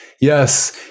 Yes